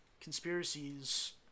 conspiracies